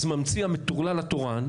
אז ממציא המטורלל התורן,